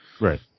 Right